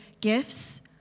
gifts